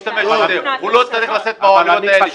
הוא לא צריך לשאת בעלויות האלה.